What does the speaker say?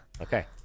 Okay